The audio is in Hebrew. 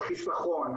על חיסכון,